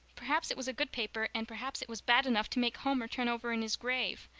perhaps it was a good paper and perhaps it was bad enough to make homer turn over in his grave.